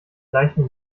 leichen